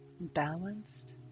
balanced